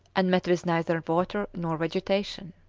and met with neither water nor vegetation.